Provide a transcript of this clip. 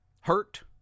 hurt